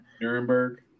Nuremberg